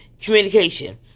communication